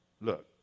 Look